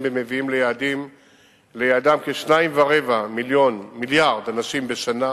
ומביאים ליעדם כ-2.25 מיליארד אנשים בשנה